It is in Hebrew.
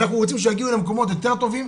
אנחנו רוצים שיגיעו למקומות יותר טובים,